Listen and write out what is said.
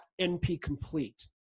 NP-complete